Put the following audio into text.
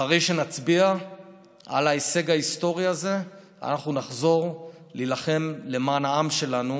אחרי שנצביע על ההישג ההיסטורי הזה אנחנו נחזור להילחם למען העם שלנו,